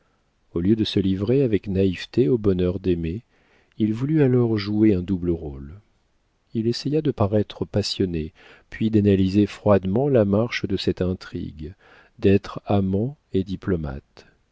au lieu de se livrer avec naïveté au bonheur d'aimer il voulut alors jouer un double rôle il essaya de paraître passionné puis d'analyser froidement la marche de cette intrigue d'être amant et diplomate